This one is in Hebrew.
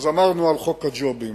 אז דיברנו על חוק הג'ובים,